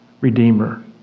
Redeemer